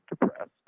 depressed